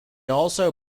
also